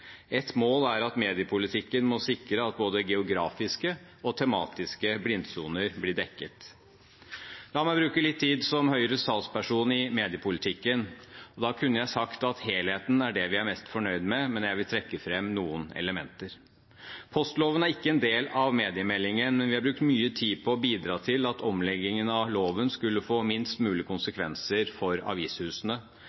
Et mål er at mediepolitikken må sikre at både geografiske og tematiske blindsoner blir dekket. La meg bruke litt tid som Høyres talsperson i mediepolitikken. Da kunne jeg sagt at helheten er det vi er mest fornøyd med, men jeg vil trekke fram noen elementer. Postloven er ikke en del av mediemeldingen, men vi har brukt mye tid på å bidra til at omleggingen av loven skulle få minst